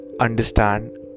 understand